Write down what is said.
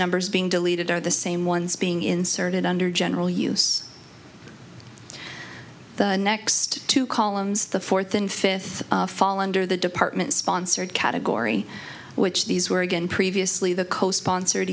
numbers being deleted or the same ones being inserted under general use the next two columns the fourth and fifth fall under the department sponsored category which these were again previously the co sponsored